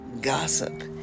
gossip